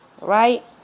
right